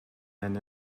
and